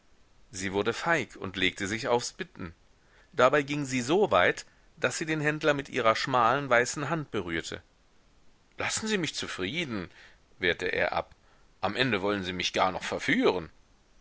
sie wurde feig und legte sich aufs bitten dabei ging sie so weit daß sie den händler mit ihrer schmalen weißen hand berührte lassen sie mich zufrieden wehrte er ab am ende wollen sie mich gar noch verführen